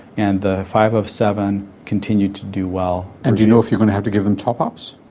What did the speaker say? and the five of seven continued to do well. and do you know if you're going to have to give them top ups,